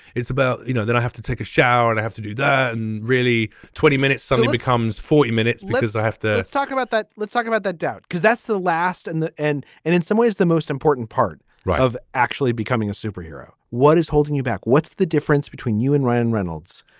it's about you know that i have to take a shower and i have to do that and really twenty minutes suddenly becomes forty minutes because i have to talk about that let's talk about that doubt because that's the last and the end and in some ways the most important part of actually becoming a superhero. what is holding you back. what's the difference between you and ryan reynolds.